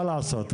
מה לעשות,